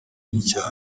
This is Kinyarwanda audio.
by’icyaro